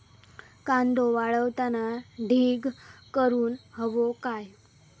कांदो वाळवताना ढीग करून हवो काय?